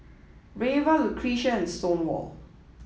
Reva Lucretia and Stonewall